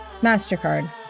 MasterCard